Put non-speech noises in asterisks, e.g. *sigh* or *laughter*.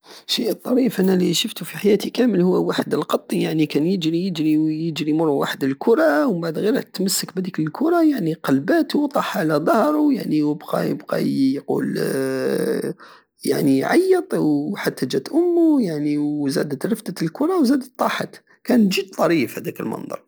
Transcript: الشيء الطريف الي شفتو في حياتي كامل هو وحد القط يعني كان يجري يجري ويجري مور واحد الكرى ومبعد غير رح يتمسك بهديك الكرى يعني قلباتو وطاح على ضهرو وبقى- وبقى يقول *hesitation* يعني يعيط وحتى جات امو ويعني وزادت رفدت الكرى وزادت طاحت كان جد طريق هاداك المنظر